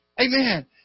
Amen